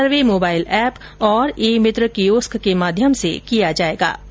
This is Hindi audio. ये सर्वे मोबाईल एप और ई मित्र कियोस्क के माध्यम से ही किया जायेगा